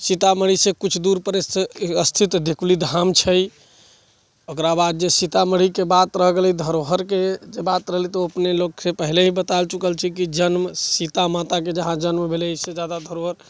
सीतामढ़ी से कुछ दूर पड़ै छै स्थित ढिकुली धाम छै ओकरा बाद जे सीतामढ़ी के बात रह गेलै धरोहर के जे बात रह गेलै अपने लोक कऽ पहिले बता चुकल छै कि जन्म सीता माता के जहाँ जन्म भेलै एहि से जादा धरोहर